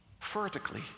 vertically